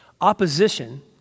Opposition